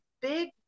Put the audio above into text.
big